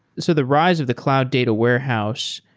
so the rise of the cloud data warehouse,